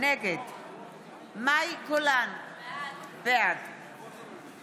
נגד מאי גולן, בעד